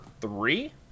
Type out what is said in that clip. three